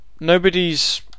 nobody's